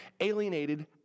alienated